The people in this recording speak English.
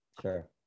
Sure